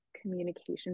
communication